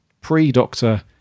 pre-Doctor